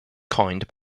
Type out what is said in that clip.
coined